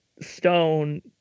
stone